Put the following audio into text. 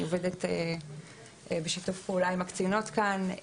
עובדת בשיתוף פעולה עם הקצינות כאן.